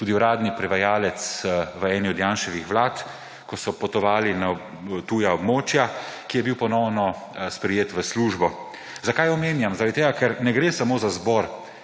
tudi uradni prevajalec v eni od Janševih vlad, ko so potovali na tuja območja, ki je bil ponovno sprejet v službo. Zakaj omenjam? Zaradi tega, ker ne gre samo za zbor